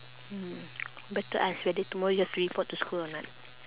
mm better ask whether tomorrow you have to report to school or not